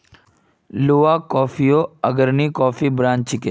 Luwak कॉफियो अग्रणी coffee brand छिके